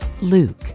Luke